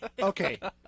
Okay